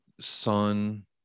Son –